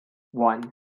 one